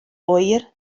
oer